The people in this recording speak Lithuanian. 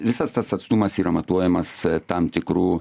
visas tas atstumas yra matuojamas tam tikrų